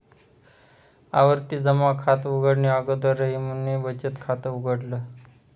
आवर्ती जमा खात उघडणे अगोदर रहीमने बचत खात उघडल